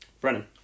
Brennan